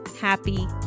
happy